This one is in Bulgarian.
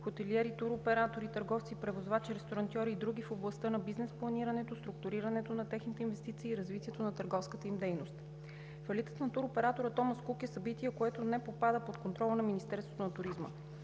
хотелиери, туроператори, търговци, превозвачи, ресторантьори и други в областта на бизнес планирането, структурирането на техните инвестиции и развитието на търговската им дейност. Фалитът на туроператора „Томас Кук“ е събитие, което не попада под контрола на Министерството на туризма.